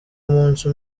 umunsi